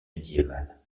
médiévale